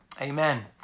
amen